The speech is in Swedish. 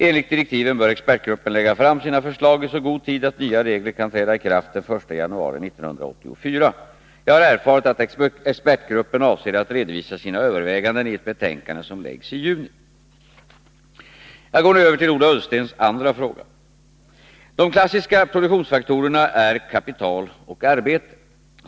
Enligt direktiven bör expertgruppen lägga fram sina förslag i så god tid att nya regler kan träda i kraft den 1 januari 1984. Jag har erfarit att expertgruppen avser att redovisa sina överväganden i ett betänkande som framläggs i juni. Jag går nu över till Ola Ullstens andra fråga. De klassiska produktionsfaktorerna är kapital och arbete.